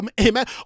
amen